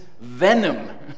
venom